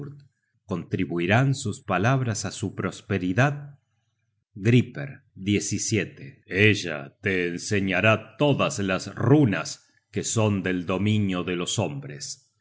contribuirán sus palabras á su prosperidad griper ella te enseñará todas las runas que son del dominio de los hombres